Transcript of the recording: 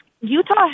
Utah